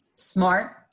smart